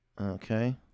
Okay